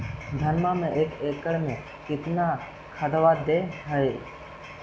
धनमा मे एक एकड़ मे कितना खदबा दे हखिन?